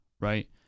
right